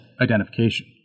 identification